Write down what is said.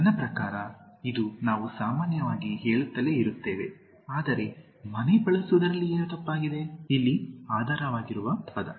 ನನ್ನ ಪ್ರಕಾರ ಇದು ನಾವು ಸಾಮಾನ್ಯವಾಗಿ ಹೇಳುತ್ತಲೇ ಇರುತ್ತೇವೆ ಆದರೆ ಮನೆ ಬಳಸುವುದರಲ್ಲಿ ಏನು ತಪ್ಪಾಗಿದೆ ಇಲ್ಲಿ ಆಧಾರವಾಗಿರುವ ಪದ